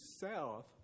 south